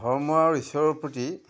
ধৰ্ম আৰু ঈশ্বৰৰ প্ৰতি